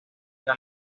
una